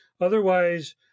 Otherwise